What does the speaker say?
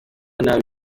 nabi